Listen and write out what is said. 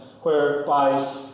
whereby